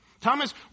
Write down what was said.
Thomas